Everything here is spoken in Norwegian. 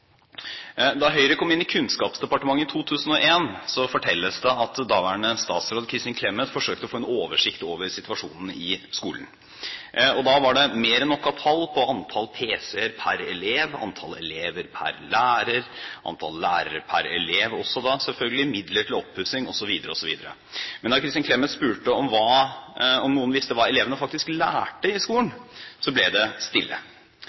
Da Høyre kom inn i Kunnskapsdepartementet i 2001, fortelles det at daværende statsråd, Kristin Clemet, forsøkte å få en oversikt over situasjonen i skolen. Da var det mer enn nok av tall på antall PC-er per elev, antall elever per lærer, antall lærere per elev og selvfølgelig også midler til oppussing osv. Men da Kristin Clemet spurte om noen visste hva elevene faktisk lærte i skolen, ble det stille.